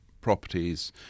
properties